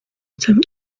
attempt